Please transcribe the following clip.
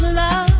love